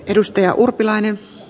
arvoisa puhemies